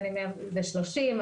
130,